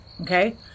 okay